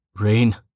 Rain